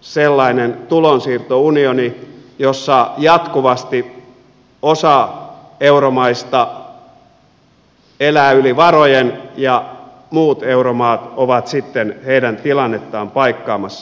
sellainen tulonsiirtounioni jossa jatkuvasti osa euromaista elää yli varojen ja muut euromaat ovat sitten heidän tilannettaan paikkaamassa